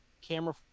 camera